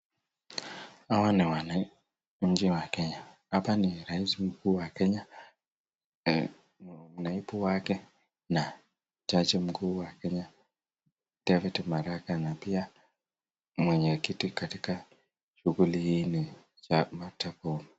Hawa ni wananchi wa Kenya, hapa ni rais mkuu wa Kenya, naibu wake na jaji mkuu wa Kenya David Maraga na pia mwenye kiti katika shughuli hii Martha Koome.